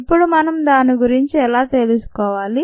ఇప్పుడు మనం దాని గురించి ఎలా తెలుసుకోవాలి